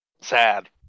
Sad